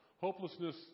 Hopelessness